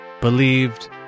believed